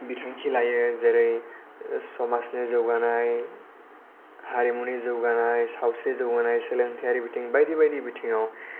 बिथांखि लायो जेरै समाजनि जौगानाय हारिमुनि जौगानाय सावस्रि जौगानाय सोलोंथाइ बिथिं बायदि बायदि बिथिङाव